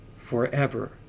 forever